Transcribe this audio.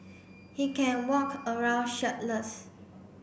he can walk around shirtless